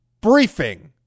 briefing